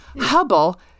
Hubble